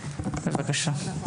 אז בבקשה.